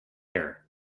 air